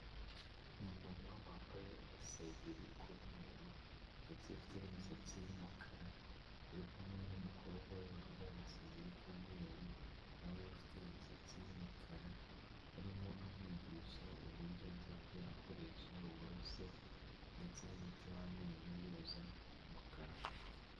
Umumama wambaye agasengeri k'umweru ndetse ufite n'imisatsi y'umukara uri kumwe n'umukobwa we wambaye agasengeri k'umweru nawe ufite imisatsi y'umukara arimo amwigisha uburyo azajya akoresha uburoso ndetse n'umuti w'amenyo yoza mu kanwa.